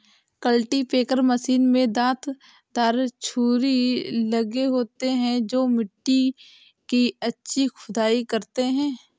cultipacker machine में दांत दार छुरी लगे होते हैं जो मिट्टी की अच्छी खुदाई करते हैं